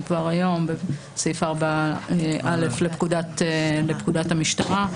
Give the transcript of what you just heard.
סעיף 4(א) לפקודת המשטרה.